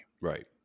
Right